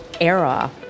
era